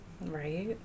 Right